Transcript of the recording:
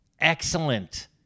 excellent